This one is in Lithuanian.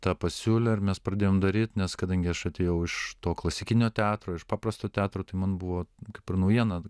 tą pasiūlė ir mes pradėjom daryt nes kadangi aš atėjau iš to klasikinio teatro iš paprasto teatro tai man buvo kaip ir naujiena